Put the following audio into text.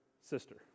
sister